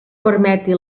permeti